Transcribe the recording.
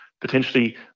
potentially